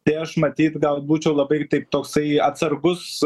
tai aš matyt gal būčiau labai ir taip toksai atsargus